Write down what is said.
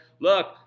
look